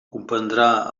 comprendrà